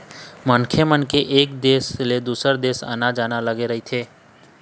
मनखे मन के एक देश ले दुसर देश आना जाना लगे रहिथे